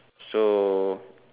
so